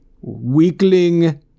weakling